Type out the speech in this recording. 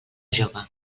jove